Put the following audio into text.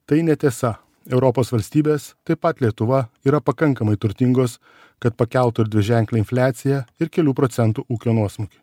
tai netiesa europos valstybės taip pat lietuva yra pakankamai turtingos kad pakeltų ir dviženklę infliaciją ir kelių procentų ūkio nuosmukį